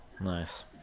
Nice